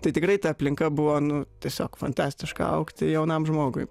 tai tikrai ta aplinka buvo nu tiesiog fantastiška augti jaunam žmogui